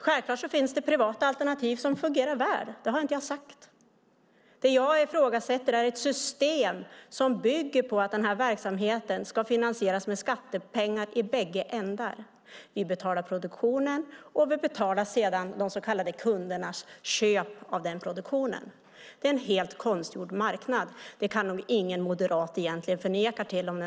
Självklart finns det privata alternativ som fungerar väl. Jag har inte sagt något annat. Det jag ifrågasätter är ett system som bygger på att verksamheten ska finansieras med skattepengar i bägge ändar. Vi betalar först produktionen, och vi betalar sedan de så kallade kundernas köp av den produktionen. Det är en helt konstgjord marknad. Det kan nog ingen moderat förneka.